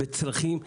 בצרכים,